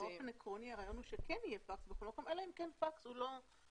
באופן עקרוני הרעיון הוא שכן יהיה פקס אלא אם כן פקס הוא לא קשור,